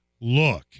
look